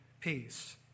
peace